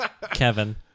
Kevin